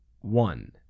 one